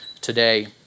today